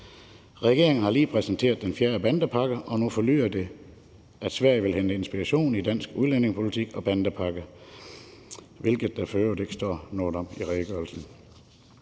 Regeringen har lige præsenteret den fjerde bandepakke, og nu forlyder det, at Sverige vil hente inspiration i dansk udlændingepolitik og bandepakkerne, hvilket der for øvrigt ikke står noget om i redegørelsen.